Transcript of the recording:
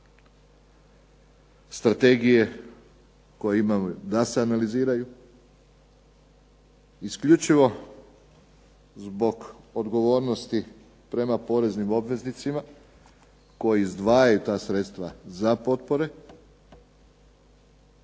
strategije koje imamo da se analiziraju. Isključivo zbog odgovornosti prema poreznim obveznicima koji izdvajaju ta sredstva za potpore,